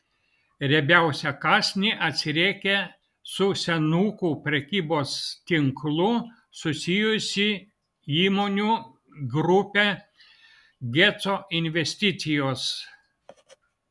riebiausią kąsnį atsiriekė su senukų prekybos tinklu susijusi įmonių grupė geco investicijos